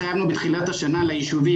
בתחילת השנה ליישובים,